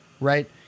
right